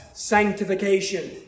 sanctification